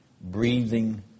breathing